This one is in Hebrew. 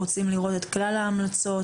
רוצים לראות את כלל ההמלצות,